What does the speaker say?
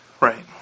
Right